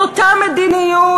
את אותה מדיניות,